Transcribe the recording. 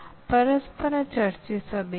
ನಂತರ ಮೂರನೇ ಅಂಶವು ಮಾಹಿತಿಯುಕ್ತ ಪ್ರತಿಕ್ರಿಯೆಯಾಗಿದೆ